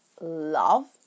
love